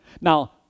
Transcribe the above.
Now